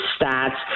stats